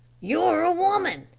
you're a woman,